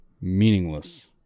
meaningless